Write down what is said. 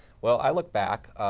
well, i look back,